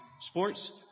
sports